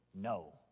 no